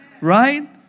right